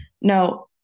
No